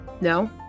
no